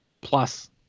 plus